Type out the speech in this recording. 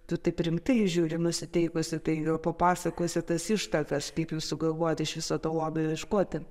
tu taip rimtai žiūri nusiteikusi tai papasakosi tas ištakas kaip jūs sugalvojot iš viso to lobio ieškoti